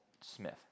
Smith